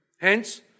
Hence